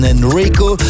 Enrico